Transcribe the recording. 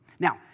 Now